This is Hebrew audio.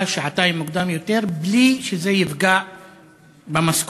שעתיים מוקדם יותר בלי שזה יפגע במשכורת.